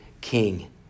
king